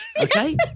okay